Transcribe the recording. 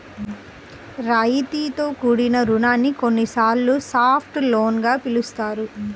రాయితీతో కూడిన రుణాన్ని కొన్నిసార్లు సాఫ్ట్ లోన్ గా పిలుస్తారు